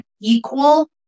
equal